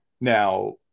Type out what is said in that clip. Now